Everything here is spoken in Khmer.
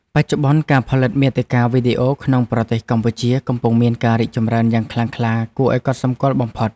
បច្ចុប្បន្ន ការផលិតមាតិកាវីដេអូក្នុងប្រទេសកម្ពុជាកំពុងមានការរីកចម្រើនយ៉ាងខ្លាំងក្លាគួរឱ្យកត់សម្គាល់បំផុត។